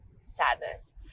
sadness